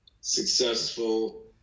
successful